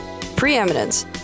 preeminence